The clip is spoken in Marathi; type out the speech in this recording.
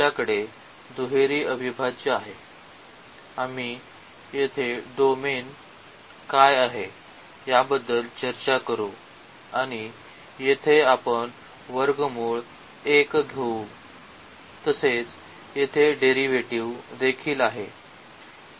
आमच्याकडे दुहेरी अविभाज्य आहे आम्ही येथे डोमेन काय आहे याबद्दल चर्चा करू आणि येथे आपण वर्गमूल 1 घेऊ तसेच येथे डेरिव्हेटिव्ह देखील आहे